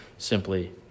simply